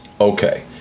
Okay